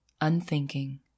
unthinking